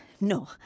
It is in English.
No